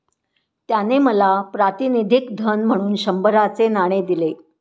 त्याने मला प्रातिनिधिक धन म्हणून शंभराचे नाणे दिले